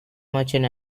merchant